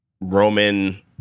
Roman